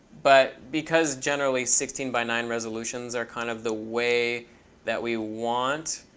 but because, generally, sixteen by nine resolutions are kind of the way that we want